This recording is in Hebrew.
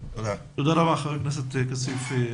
תודה רבה חבר הכנסת כסיף.